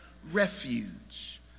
refuge